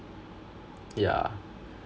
yeah